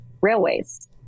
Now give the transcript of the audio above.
railways